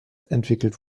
entwickelt